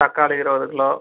தக்காளி இருபது கிலோ